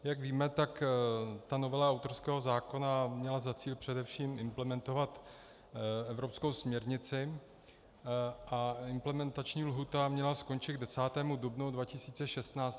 Jak víme, tak novela autorského zákona měla za cíl především implementovat evropskou směrnici a implementační lhůta měla skončit k 10. dubnu 2016.